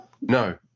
No